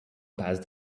past